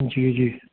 जी जी